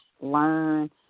learn